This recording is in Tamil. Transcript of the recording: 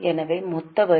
எனவே மொத்த வரி